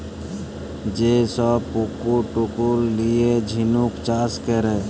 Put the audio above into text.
যে ছব পুকুর টুকুর লিঁয়ে ঝিলুক চাষ ক্যরে